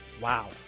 wow